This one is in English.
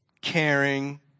caring